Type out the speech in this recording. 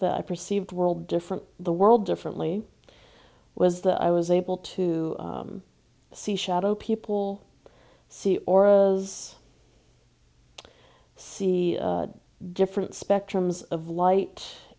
that i perceived world different the world differently was that i was able to see shadow people see auras see different spectrums of light